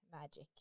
magic